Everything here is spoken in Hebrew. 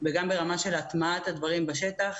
וגם ברמה של הטמעת הדברים בשטח.